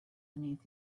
beneath